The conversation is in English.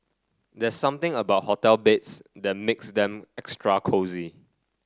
there's something about hotel beds that makes them extra cosy